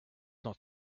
not